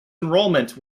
enrollment